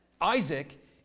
Isaac